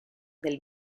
del